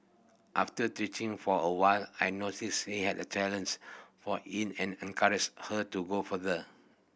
after teaching for a while I noticed she had a talent for in and encouraged her to go further